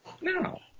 No